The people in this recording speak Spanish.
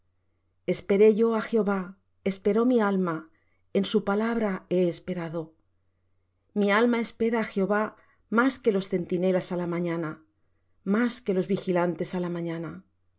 esperé yo á jehová esperó mi alma en su palabra he esperado mi alma espera á jehová más que los centinelas á la mañana más que los vigilantes á la mañana